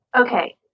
Okay